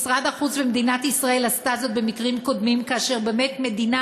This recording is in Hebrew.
משרד החוץ ומדינת ישראל עשו זאת במקרים קודמים כאשר באמת מדינה